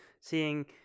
seeing